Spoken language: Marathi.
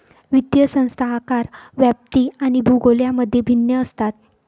वित्तीय संस्था आकार, व्याप्ती आणि भूगोल यांमध्ये भिन्न असतात